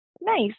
nice